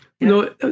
No